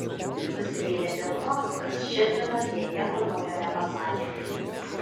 nusivylė dėl to kad ščedrinas jai nieko naujo nepasakė